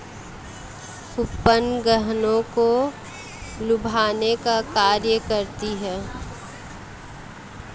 coupon ग्राहकों को लुभाने का कार्य करते हैं